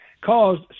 caused